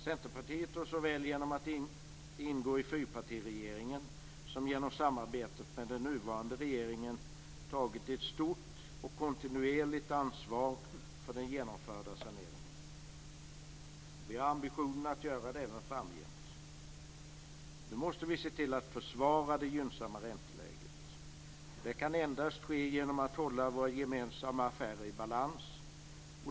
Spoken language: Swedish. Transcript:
Centerpartiet har såväl genom att ingå i fyrpartiregeringen som genom samarbetet med den nuvarande regeringen tagit ett stort och kontinuerligt ansvar för den genomförda saneringen. Vi har ambitionen att göra det även framgent. Nu måste vi se till att försvara det gynnsamma ränteläget. Det kan endast ske genom att vi håller våra gemensamma affärer i balans.